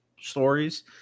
stories